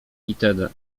itd